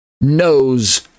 knows